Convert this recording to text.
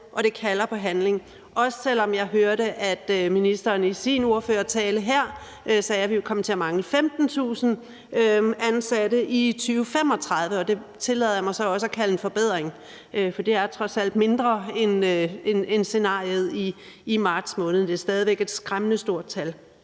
og det kalder på handling, også selv om jeg hørte, at ministeren i sin ordførertale her sagde, at vi vil komme til at mangle 15.000 ansatte i 2035, og det tillader jeg mig så også at kalde en forbedring, for det er trods alt mindre end i scenariet fra marts måned. Det er stadig væk et skræmmende stort tal.